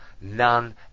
none